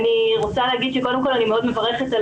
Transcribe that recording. אני רוצה להגיד שקודם כל אני מאוד מברכת על